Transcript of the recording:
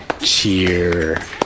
cheer